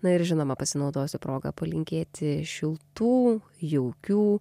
na ir žinoma pasinaudosiu proga palinkėti šiltų jaukių